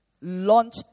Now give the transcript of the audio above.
launch